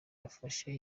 yafashe